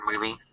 movie